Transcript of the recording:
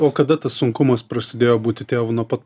o kada tas sunkumas prasidėjo būti tėvu nuo pat